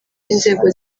b’inzego